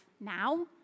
now